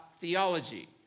theology